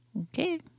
Okay